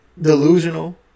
delusional